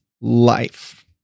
life